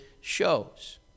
shows